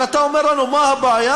אלא אתה אומר לנו מה הבעיה,